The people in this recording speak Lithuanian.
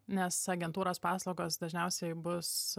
nes agentūros paslaugos dažniausiai bus